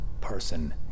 person